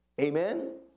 Amen